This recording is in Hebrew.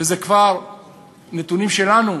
וזה כבר נתונים שלנו,